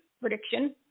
prediction